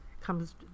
comes